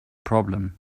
problem